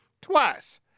Twice